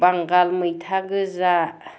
बांगाल मैथा गोजा